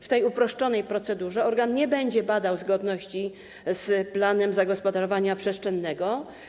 W tej uproszczonej procedurze organ nie będzie badał zgodności z planem zagospodarowania przestrzennego.